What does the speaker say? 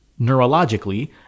neurologically